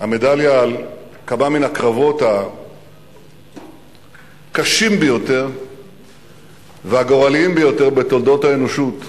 המדליה על כמה מן הקרבות הקשים ביותר והגורליים ביותר בתולדות האנושות,